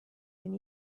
and